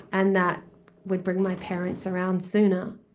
and that would bring my parents around sooner